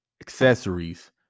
accessories